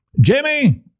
Jimmy